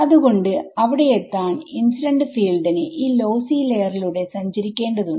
അതുകൊണ്ട് അവിടെയെത്താൻ ഇൻസിഡൻസ് ഫീൽഡിന് ഈ ലോസി ലയർ ലൂടെ സഞ്ചരിക്കേണ്ടതുണ്ട്